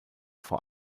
vor